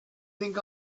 think